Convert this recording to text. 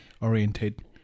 oriented